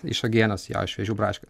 iš uogienės jo šviežių braškių